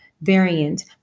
variant